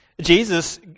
Jesus